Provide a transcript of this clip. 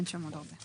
אין שם עוד הרבה.